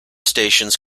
stations